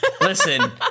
Listen